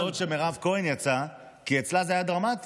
חבל מאוד שמירב כהן יצאה, כי אצלה זה היה דרמטי.